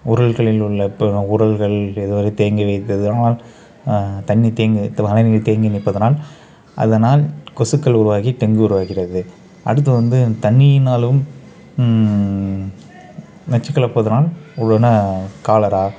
உரல்களில் உள்ள இப்போ உரல்கள் எதுவரை தேங்கி வைத்ததனால் தண்ணி தேங்கி மழைநீர் தேங்கி நிற்பதனால் அதனால் கொசுக்கள் உருவாகி டெங்கு உருவாகிறது அடுத்து வந்து தண்ணியினாலும் நச்சுக் கலப்பதனால் உ என்ன காலரா